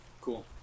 Cool